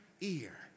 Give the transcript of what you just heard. ear